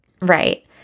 Right